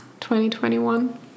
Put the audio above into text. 2021